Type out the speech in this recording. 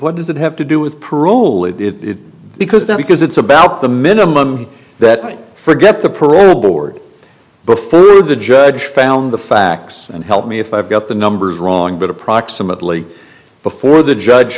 what does that have to do with parole is it because that because it's about the minimum that i forget the parole board before the judge found the facts and help me if i've got the numbers wrong but approximately before the judge